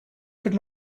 could